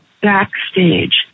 backstage